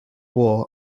war